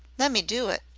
lemme do it.